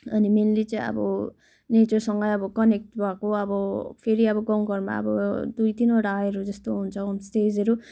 अनि मेनली चाहिँ अब नेचरसँग अब कनेक्ट भएको अब फेरि अब गाँउघरमा अब दुई तिनवटाहरू जस्तो हुन्छ होमस्टेजहरू